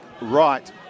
right